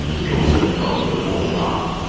which also involved a warm bath,